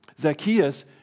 Zacchaeus